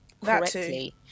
correctly